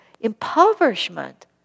impoverishment